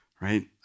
right